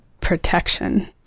protection